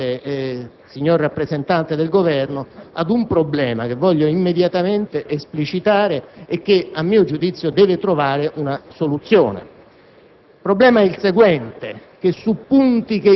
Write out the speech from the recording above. Mi trovo però di fronte, signor Presidente, signor rappresentante del Governo, ad un problema che desidero immediatamente evidenziare e che - a mio giudizio - deve trovare soluzione.